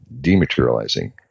dematerializing